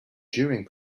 during